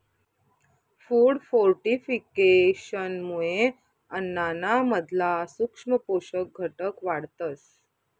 food फोर्टिफिकेशनमुये अन्नाना मधला सूक्ष्म पोषक घटक वाढतस